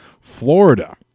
Florida